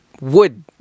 wood